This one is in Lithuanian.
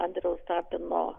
andriaus tapino